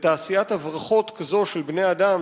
ותעשיית הברחות כזאת של בני-אדם,